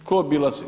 Tko obilazi?